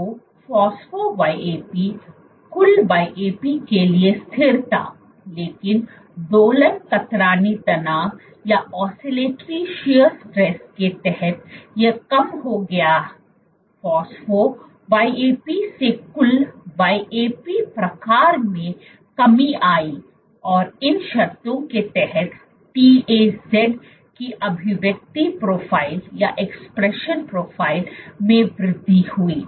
तो phospho YAP कुल YAP के लिए स्थिर था लेकिन दोलन कतरनी तनाव के तहत यह कम हो गया फॉस्फो YAP से कुल YAP प्रकार में कमी आई और इन शर्तों के तहत TAZ की अभिव्यक्ति प्रोफ़ाइल में वृद्धि हुई